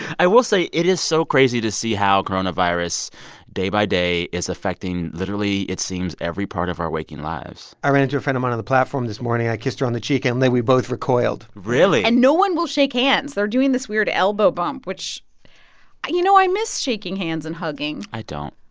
i will say it is so crazy to see how coronavirus day by day is affecting literally, it seems, every part of our waking lives i ran into a friend of mine on the platform this morning. i kissed her on the cheek. and then we both recoiled really? and no one will shake hands. they're doing this weird elbow bump, which you know, i miss shaking hands and hugging i don't.